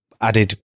added